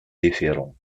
différents